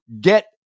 get